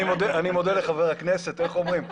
אני מודה לחבר הכנסת, איך אומרים?